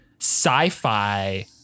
sci-fi